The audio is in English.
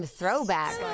throwback